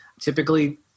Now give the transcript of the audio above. Typically